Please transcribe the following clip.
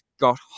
got